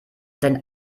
sein